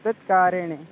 तत्कारेणे